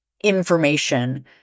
information